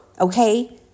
okay